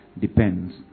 Depends